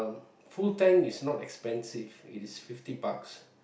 full tank is not expensive it is fifty bucks